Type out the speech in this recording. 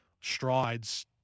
strides